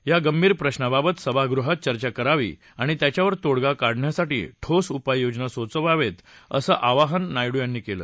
ह्या गंभीर प्रश्नावावत सभागृहात चर्चा करावी आणि त्याच्यावर तोङगा काढण्यासाठी ठोस उपाय सुचवावेत असं आवाहन नायडू यांनी केलं